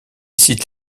cite